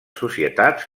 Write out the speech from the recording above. societats